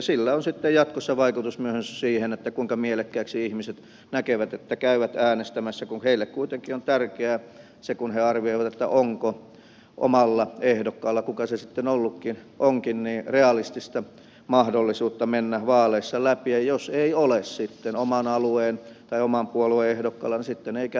sillä on sitten jatkossa vaikutus myös siihen kuinka mielekkääksi ihmiset näkevät sen että he käyvät äänestämässä kun heille kuitenkin on tärkeää arvioida onko omalla ehdokkaalla kuka se sitten onkin realistista mahdollisuutta mennä vaaleissa läpi ja jos sitä ei ole sitten oman alueen tai oman puolueen ehdokkaalla niin sitten ei käydä äänestämässä